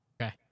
Okay